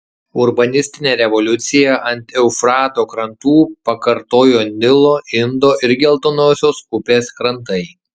urbanistinę revoliuciją ant eufrato krantų pakartojo nilo indo ir geltonosios upės krantai